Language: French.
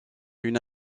une